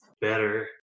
better